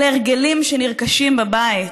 אלה הרגלים שנרכשים בבית,